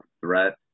threat